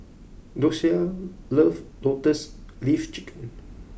Dosia loves Lotus Leaf Chicken